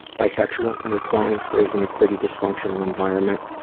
bisexual, in her twenty s raised in a pretty dysfunctional environment.